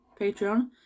Patreon